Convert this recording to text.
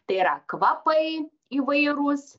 tai yra kvapai įvairūs